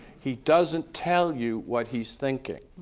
he doesn't tell you what he's thinking.